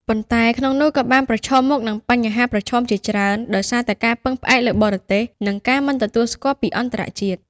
ប៉ុន្តែក្នុងនោះក៏បានប្រឈមមុខនឹងបញ្ហាប្រឈមជាច្រើន ដោយសារតែការពឹងផ្អែកលើបរទេស និងការមិនទទួលស្គាល់ពីអន្តរជាតិ។